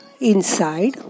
inside